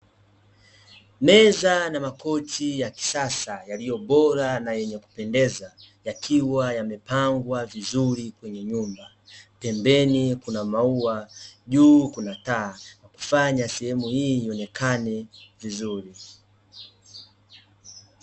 Meza na makochi ya kisasa yaliyo bora na yenye kupendeza yakiwa yamepangwa vizuri kwenye nyumba. Pembeni kuna maua, juu kuna taa, kufanya sehemu hii ionekane vizuri.